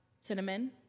Cinnamon